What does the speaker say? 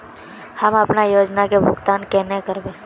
हम अपना योजना के भुगतान केना करबे?